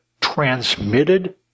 transmitted